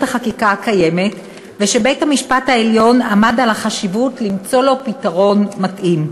החקיקה הקיימת ובית-המשפט העליון עמד על החשיבות במציאת פתרון מתאים.